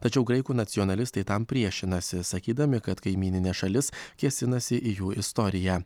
tačiau graikų nacionalistai tam priešinasi sakydami kad kaimyninė šalis kėsinasi į jų istoriją